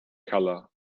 color